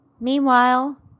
meanwhile